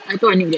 I told aniq that